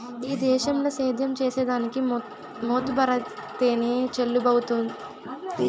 ఈ దేశంల సేద్యం చేసిదానికి మోతుబరైతేనె చెల్లుబతవ్వుతాది